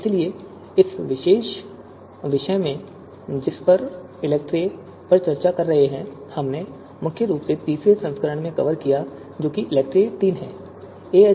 इसलिए इस विशेष विषय में जिस पर हम इलेक्ट्री पर चर्चा कर रहे हैं हमने मुख्य रूप से तीसरे संस्करण को कवर किया है जो कि इलेक्ट्री III है